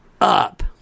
up